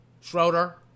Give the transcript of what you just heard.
Schroeder